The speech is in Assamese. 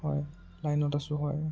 হয় লাইনত আছোঁ হয়